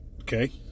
Okay